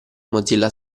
mozilla